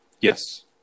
Yes